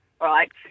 right